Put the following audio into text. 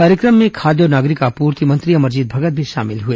कार्यक्रम में खाद्य और नागरिक आपूर्ति मंत्री अमरजीत भगत भी शामिल हुए